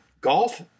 Golf